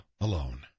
alone